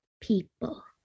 people